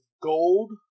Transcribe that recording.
gold